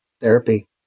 therapy